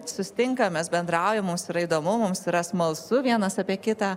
susitinkam mes bendraujam mums yra įdomu mums yra smalsu vienas apie kitą